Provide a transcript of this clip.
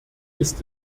ist